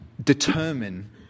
determine